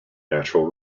natural